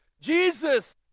Jesus